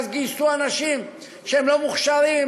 ואז גייסו אנשים שהם לא מוכשרים,